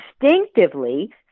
instinctively